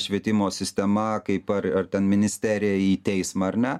švietimo sistema kaip ar ar ten ministerija į teismą ar ne